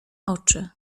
oczy